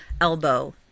elbow